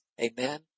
Amen